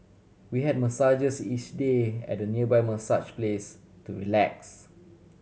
we had massages each day at a nearby massage place to relax